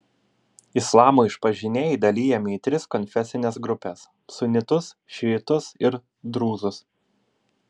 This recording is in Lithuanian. islamo išpažinėjai dalijami į tris konfesines grupes sunitus šiitus ir drūzus